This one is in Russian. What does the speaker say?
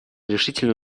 решительно